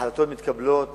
ההחלטות מתקבלות